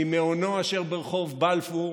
ממעונו אשר ברחוב בלפור,